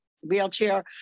wheelchair